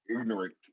ignorant